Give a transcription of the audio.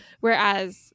Whereas